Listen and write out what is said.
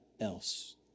else